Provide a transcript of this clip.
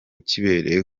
kibereye